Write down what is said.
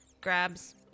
grabs